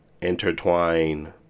intertwine